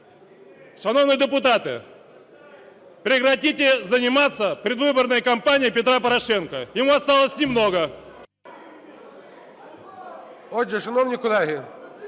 Шановні депутати, прекратите заниматься предвыборной кампанией Петра Порошенко, ему осталось немного.